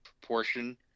proportion